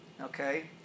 Okay